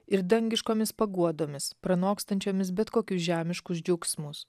ir dangiškomis paguodomis pranokstančiomis bet kokius žemiškus džiaugsmus